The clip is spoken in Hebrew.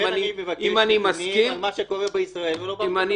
לכן אני מבקש נתונים על מה שקורה בישראל ולא בארצות-הברית.